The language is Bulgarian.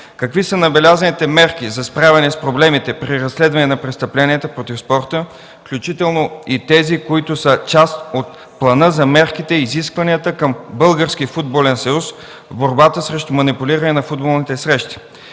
Какви са набелязаните мерки за справяне с проблемите при разследване на престъпленията против спорта, включително и тези, които са част от плана за мерките и изискванията към Българския футболен съюз в борбата срещу манипулиране на футболните срещи?